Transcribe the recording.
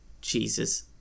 Jesus